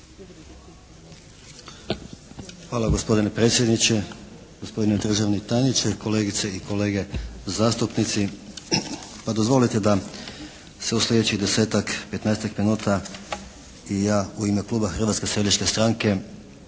Hvala gospodine predsjedniče. Gospodine državni tajniče, kolegice i kolege zastupnici. Dozvolite da se u sljedećih 10-ak, 15-ak minuta i ja u ime kluba Hrvatske seljačke stranke